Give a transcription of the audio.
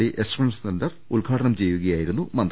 D extension centre ഉദ്ഘാടനം ചെയ്യുകയായിരുന്നു മന്തി